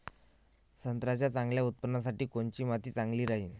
संत्र्याच्या चांगल्या उत्पन्नासाठी कोनची माती चांगली राहिनं?